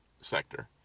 sector